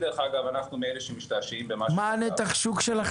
אנחנו מאלה שמשתעשעים במה שנותר.